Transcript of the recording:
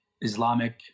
Islamic